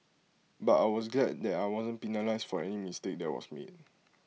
but I was glad that I wasn't penalised for any mistake that was made